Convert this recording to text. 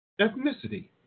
ethnicity